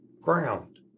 ground